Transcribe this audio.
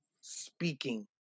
speaking